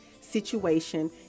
situation